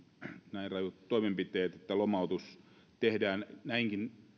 näin raju toimenpide että lomautus tehdään näinkin